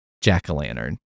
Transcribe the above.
Jack-o'-lantern